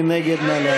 מי נגד?